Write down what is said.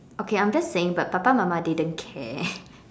okay I'm just saying but papa mama didn't care